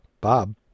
Bob